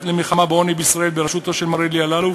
למלחמה בעוני בישראל בראשותו של מר אלי אלאלוף,